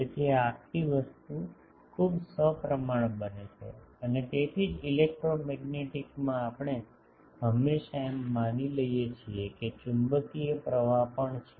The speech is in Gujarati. તેથી આ આખી વસ્તુ ખૂબ સપ્રમાણ બને છે અને તેથી જ ઇલેક્ટ્રોમેગ્નેટિક્સ માં આપણે હંમેશાં એમ માની લઈએ છીએ કે ચુંબકીય પ્રવાહ પણ છે